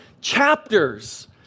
chapters